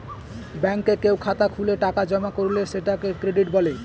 ব্যাঙ্কে কেউ খাতা খুলে টাকা জমা করলে সেটাকে ক্রেডিট বলে